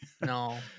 No